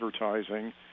advertising